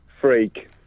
Freak